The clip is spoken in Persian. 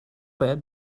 باید